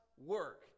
work